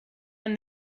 and